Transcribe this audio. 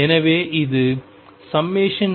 எனவே இது nCnnrtEn சமம்